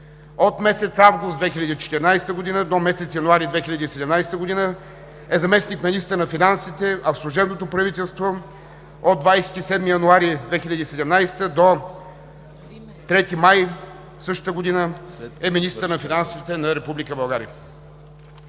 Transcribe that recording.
От месец август 2014 г. до месец януари 2017 г. е заместник-министър на финансите, а в служебното правителство от 27 януари 2017 до 3 май същата година е министър на финансите на Република